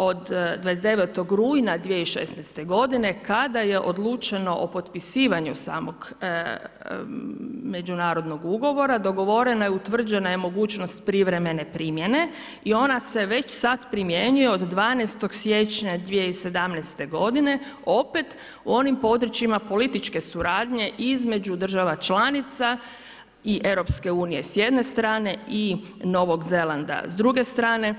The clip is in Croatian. od 29. rujna 2016. godine kada je odlučeno o potpisivanju samog međunarodnog ugovora, dogovoreno je i utvrđena mogućnost privremen primjene i ona se već sad primjenjuje o 12. siječnja 2017. godine opet u onim područjima političke suradnje između država članica i EU-a s jedne strane i Novog Zelanda s druge strane.